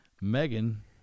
Megan